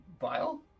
vile